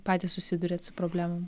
patys susiduriat su problemom